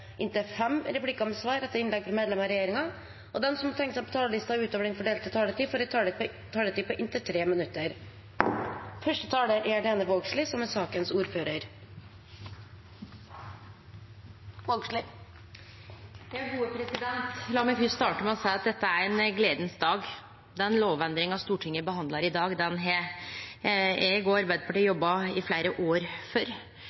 inntil fem replikker med svar etter innlegg fra medlemmer av regjeringen, og de som måtte tegne seg på talerlisten utover den fordelte taletid, får også en taletid på inntil 3 minutter. Eg vil først starte med å seie at dette er ein dag for glede. Den lovendringa Stortinget behandlar i dag, har eg og Arbeidarpartiet jobba i